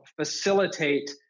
facilitate